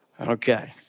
Okay